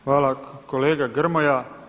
Hvala kolega Grmoja.